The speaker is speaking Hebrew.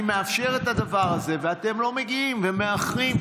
אני מאפשר את הדבר הזה, ואתם לא מגיעים ומאחרים.